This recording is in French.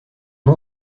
nom